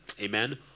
amen